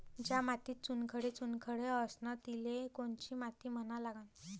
ज्या मातीत चुनखडे चुनखडे असन तिले कोनची माती म्हना लागन?